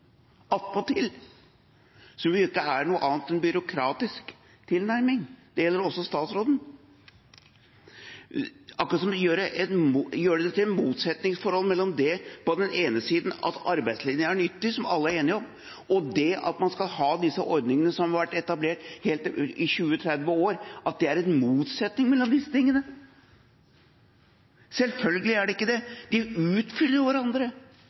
attpåtil en del teknisk argumentasjon for å bygge opp en slik forståelse, som jo ikke er noe annet enn en byråkratisk tilnærming. Det gjelder også statsråden. Det er akkurat som man lager et motsetningsforhold mellom det at arbeidslinja er nyttig, som alle er enige om, og det at man skal ha disse ordningene, som har vært etablert i 20–30 år – selvfølgelig er det ikke et motsetningsforhold. Disse tingene utfyller jo hverandre og gjør det